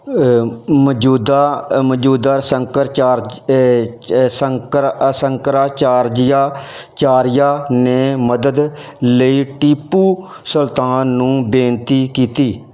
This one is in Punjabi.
ਮੌਜੂਦਾ ਮੌਜੂਦਾ ਸ਼ੰਕਰਚਜ ਏ ਸੰਕਰਾ ਸ਼ੰਕਰਾਚਾਰਿਆ ਚਾਰਿਆ ਨੇ ਮਦਦ ਲਈ ਟੀਪੂ ਸੁਲਤਾਨ ਨੂੰ ਬੇਨਤੀ ਕੀਤੀ